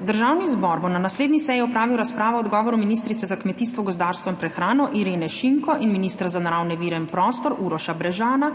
Državni zbor bo na naslednji seji opravil razpravo o odgovoru ministrice za kmetijstvo, gozdarstvo in prehrano Irene Šinko in ministra za naravne vire in prostor Uroša Brežana